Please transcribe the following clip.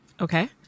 Okay